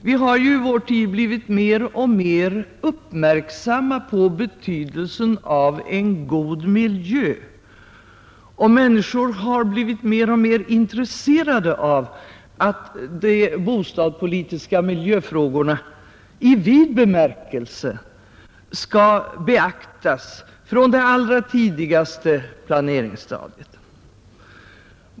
Vi har i vår tid blivit mer och mer uppmärksamma på betydelsen av en god miljö, och människor har blivit mer och mer intresserade av att de bostadspolitiska miljöfrågorna i vid bemärkelse skall beaktas från det allra tidigaste planeringsstadiet.